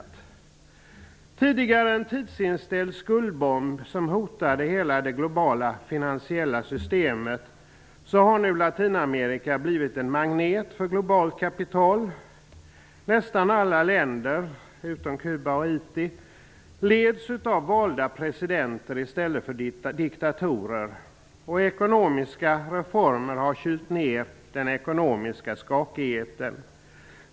Trots en tidigare tidsinställd skuldbomb som hotade hela det globala finansiella systemet har Latinamerika nu blivit en magnet för globalt kapital. Nästan alla länder, utom Cuba och Haiti, leds av valda presidenter i stället för av diktatorer. Ekonomiska reformer har kylt ned den ekonomiska skakigheten.